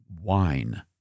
Wine